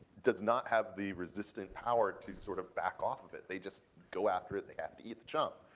does not have the resistant power to sort of back off of it. they just go after it. they have to eat the chum.